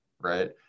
right